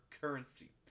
currency